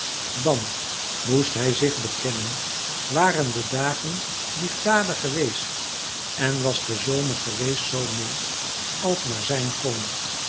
dan moest hij zich bekennen waren de dagen liefdadig geweest en was de zomer geweest zoo mild als maar zijn kon